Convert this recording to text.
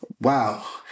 Wow